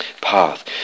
path